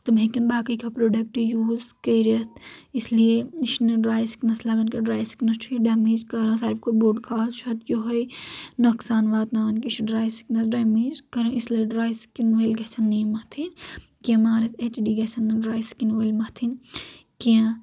تِم ہیٚکن باقٕے کانٛہہ پروڈکٹ یوز کٔرِتھ اس لیے یہِ چھُ نہٕ ڈرے سکنس لگان کینٛہہ ڈرے سِکنس چھُ یہِ ڈمیج کرن ساروٕے کھۄتہٕ بوٚڑ کاز چھُ اتھ یُہے نۄقصان واتناوان یہِ چھُ ڈرے سِکنس ڈمیج کرن اس لیے ڈرے سکِن وٲلۍ گژھن نہٕ یہِ متھٕنۍ کینٛہہ مارچ ایچ ڈی گژھن نہٕ ڈرے سِکن وٲلۍ متھٕنۍ کینٛہہ